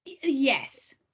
Yes